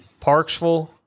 Parksville